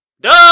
Duh